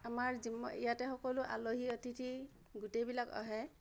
আমাৰ সকলো আলহী অতিথি গোটেইবিলাক আহে